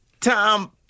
Tom